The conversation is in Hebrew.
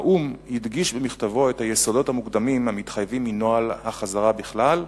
האו"ם הדגיש במכתבו את היסודות המוקדמים המתחייבים מנוהל החזרה בכלל,